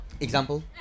Example